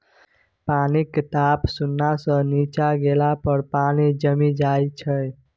पानिक ताप शुन्ना सँ नीच्चाँ गेला पर पानि जमि जाइ छै